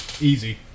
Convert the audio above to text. Easy